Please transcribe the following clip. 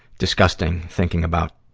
disgusting thinking about,